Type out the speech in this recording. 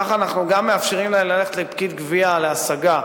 כך אנחנו גם מאפשרים להם ללכת לפקיד גבייה להשגה,